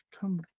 come